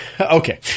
okay